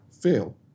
fail